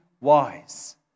wise